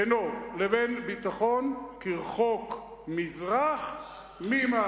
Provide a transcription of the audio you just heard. בינו לבין ביטחון כרחוק מזרח ממערב.